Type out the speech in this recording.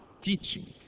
teaching